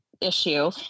issue